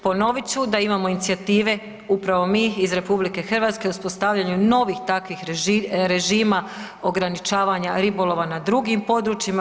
Ponovit ću da imamo inicijative upravo mi iz RH o uspostavljanju novih takvih režima ograničavanja ribolova na drugim područjima.